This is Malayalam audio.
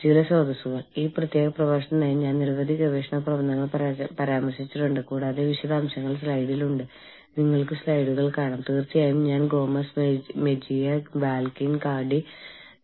മനുഷ്യവിഭവശേഷി മാനേജർമാർ അഭിമുഖീകരിക്കുന്ന വെല്ലുവിളികൾ എന്തൊക്കെയാണ് അന്താരാഷ്ട്ര കമ്പനികളുടെ പശ്ചാത്തലത്തിൽ നിങ്ങൾക്ക് വിദേശത്ത് ജോലിക്ക് പോകുന്ന ആളുകളുണ്ട് അതുപോലെ നിങ്ങളുടെ ഓർഗനൈസേഷനിൽ ജോലിയിൽ പ്രവേശിക്കുന്ന വിദേശികളും ഉണ്ട്